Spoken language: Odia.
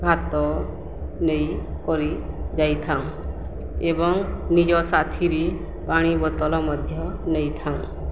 ଭାତ ନେଇକରି ଯାଇଥାଉଁ ଏବଂ ନିଜ ସାଥିରେ ପାଣି ବୋତଲ ମଧ୍ୟ ନେଇଥାଉଁ